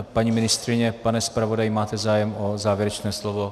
Paní ministryně, pane zpravodaji, máte zájem o závěrečné slovo?